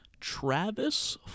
Travis